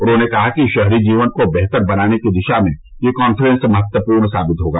उन्होंने कहा कि शहरी जीवन को बेहतर बनाने की दिशा में यह कॉन्फ्रेंस महत्वपूर्ण साबित होगी